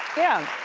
yeah.